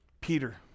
Peter